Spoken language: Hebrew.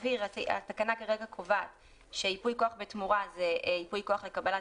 התקנה כרגע קובעת שייפוי כוח בתמורה זה ייפוי כוח לקבלת